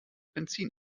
benzin